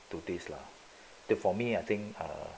to this lah the for me I think err